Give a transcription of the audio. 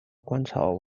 鹅观草